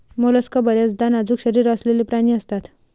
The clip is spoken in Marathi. मोलस्क बर्याचदा नाजूक शरीर असलेले प्राणी असतात